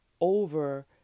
over